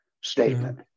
statement